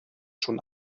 schon